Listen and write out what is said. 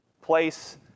place